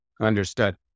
Understood